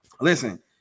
listen